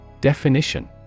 Definition